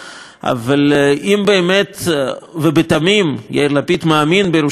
אבל אם באמת ובתמים יאיר לפיד מאמין בירושלים מאוחדת,